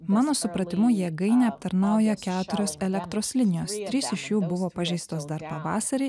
mano supratimu jėgainę aptarnauja keturios elektros linijos trys iš jų buvo pažeistos dar pavasarį